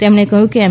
તેમણે કહ્યું એમ